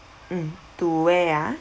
mm to where ah